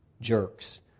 jerks